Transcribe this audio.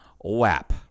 WAP